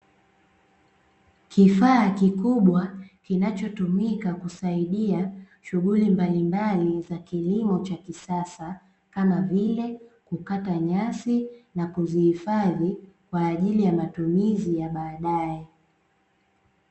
Kifaa kikubwa kinachotumika kusaidia shughuli mbalimbali za kilimo cha kisasa, kama vile : kukata nyasi, na kuzihifadhi kwa ajili ya matumizi ya baadae.